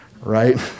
Right